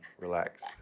Relax